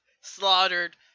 slaughtered